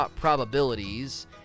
probabilities